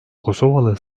kosovalı